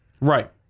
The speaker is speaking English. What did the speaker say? right